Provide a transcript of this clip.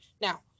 Now